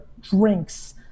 drinks